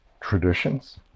traditions